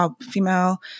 female